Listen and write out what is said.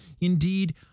Indeed